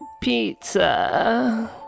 pizza